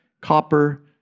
copper